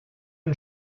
une